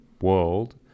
world